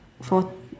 four